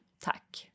Tack